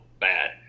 bad